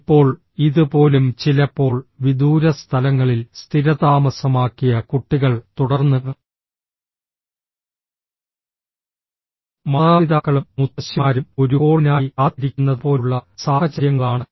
ഇപ്പോൾ ഇത് പോലും ചിലപ്പോൾ വിദൂര സ്ഥലങ്ങളിൽ സ്ഥിരതാമസമാക്കിയ കുട്ടികൾ തുടർന്ന് മാതാപിതാക്കളും മുത്തശ്ശിമാരും ഒരു കോളിനായി കാത്തിരിക്കുന്നതുപോലുള്ള സാഹചര്യങ്ങളാണ്